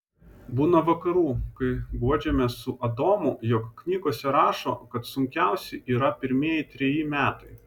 būna vakarų kai guodžiamės su adomu jog knygose rašo kad sunkiausi yra pirmieji treji metai